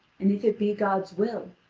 and if it be god's will,